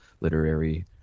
literary